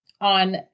on